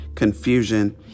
confusion